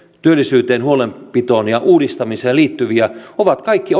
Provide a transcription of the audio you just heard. työllisyyteen huolenpitoon ja uudistumiseen liittyviä ovat kaikki